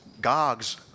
Gog's